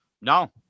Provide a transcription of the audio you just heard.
No